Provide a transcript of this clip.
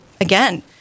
again